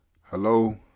Hello